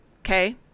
Okay